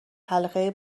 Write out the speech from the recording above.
حلقه